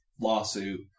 lawsuit